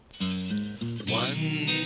One